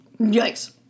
Yikes